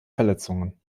verletzungen